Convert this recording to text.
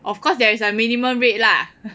of course there is a minimum rate lah